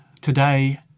today